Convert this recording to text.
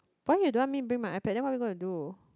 why you don't want me bring my iPad then what are we gonna do